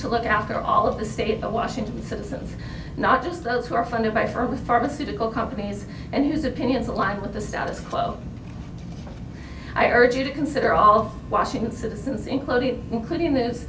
to look after all of the state of washington citizens not just those who are funded by from the pharmaceutical companies and whose opinions align with the status quo i urge you to consider all washington citizens including including